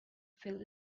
feel